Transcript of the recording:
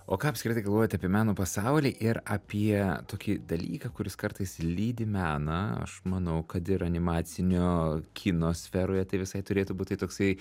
o ką apskritai galvojat apie meno pasaulį ir apie tokį dalyką kuris kartais lydi meną aš manau kad ir animacinio kino sferoje tai visai turėtų būt tai toksai